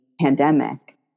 pandemic